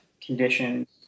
conditions